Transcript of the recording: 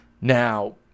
Now